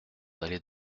d’aller